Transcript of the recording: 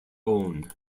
own